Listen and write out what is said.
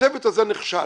הצוות הזה נכשל.